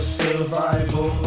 survival